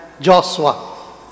Joshua